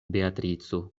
beatrico